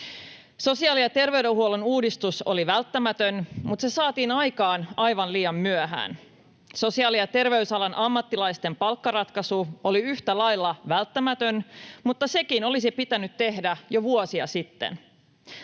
Sosiaali- ja terveydenhuollon uudistus oli välttämätön, mutta se saatiin aikaan aivan liian myöhään. Sosiaali- ja terveysalan ammattilaisten palkkaratkaisu oli yhtä lailla välttämätön, mutta sekin olisi pitänyt tehdä jo vuosia sitten.